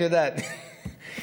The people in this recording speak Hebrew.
את יודעת,